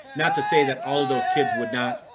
not to say that all of those kids would not.